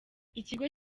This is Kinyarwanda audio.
ikigo